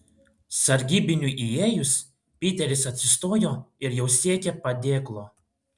sargybiniui įėjus piteris atsistojo ir jau siekė padėklo